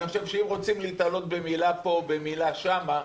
אני חושב שאם רוצים להיתלות במילה פה ובמילה שם,